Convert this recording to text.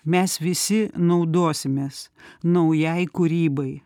mes visi naudosimės naujai kūrybai